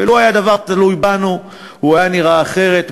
ולו היה הדבר תלוי בנו הוא היה נראה אחרת,